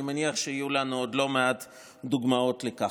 אני מניח שיהיו לנו עוד לא מעט דוגמאות לכך.